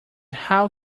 how